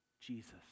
Jesus